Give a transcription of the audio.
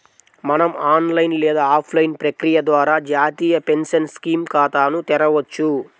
మనం ఆన్లైన్ లేదా ఆఫ్లైన్ ప్రక్రియ ద్వారా జాతీయ పెన్షన్ స్కీమ్ ఖాతాను తెరవొచ్చు